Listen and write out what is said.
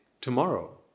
tomorrow